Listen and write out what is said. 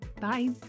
bye